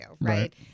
right